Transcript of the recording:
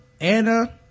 Anna